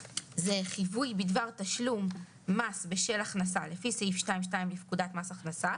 "(2)חיווי בדבר תשלום מס בשל הכנסה לפי סעיף 2(2) לפקודת מס הכנסה,